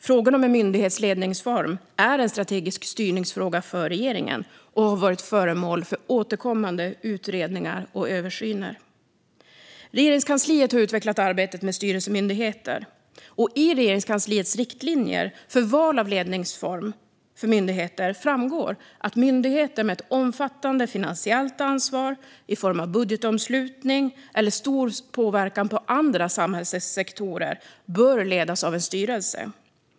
Frågan om en myndighets ledningsform är en strategisk styrningsfråga för regeringen och har varit föremål för återkommande utredningar och översyner. Regeringskansliet har utvecklat arbetet med styrelsemyndigheter, och i Regeringskansliets riktlinjer för val av ledningsform för myndigheter framgår att myndigheter med ett omfattande finansiellt ansvar i form av budgetomslutning eller stor påverkan på andra samhällssektorer bör ledas av en styrelse.